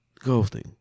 ghosting